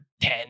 ten